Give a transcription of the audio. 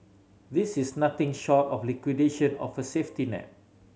this is nothing short of liquidation of a safety net